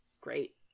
great